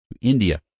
India